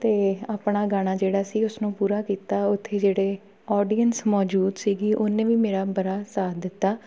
ਅਤੇ ਆਪਣਾ ਗਾਣਾ ਜਿਹੜਾ ਸੀ ਉਸਨੂੰ ਪੂਰਾ ਕੀਤਾ ਉੱਥੇ ਜਿਹੜੇ ਓਡੀਐਂਸ ਮੌਜੂਦ ਸੀਗੀ ਉਹਨੇ ਵੀ ਮੇਰਾ ਬੜਾ ਸਾਥ ਦਿੱਤਾ